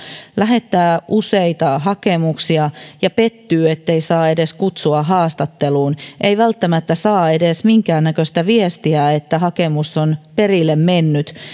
lähettää useita hakemuksia ja pettyy ettei saa edes kutsua haastatteluun ei välttämättä saa edes minkään näköistä viestiä että hakemus on perille mennyt